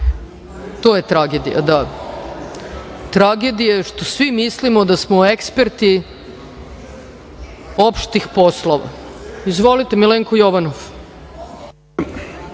To je tragedija, da. Tragedija je što svi mislimo da smo eksperti opštih poslova. Izvolite. Milenko Jovanov.